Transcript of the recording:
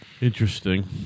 Interesting